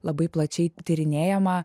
labai plačiai tyrinėjama